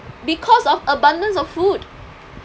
because of abundance of food